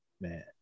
Man